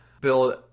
build